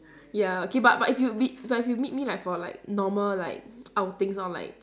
ya okay but but if you meet but if you meet me like for like normal like outings or like